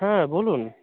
হ্যাঁ বলুন